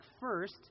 First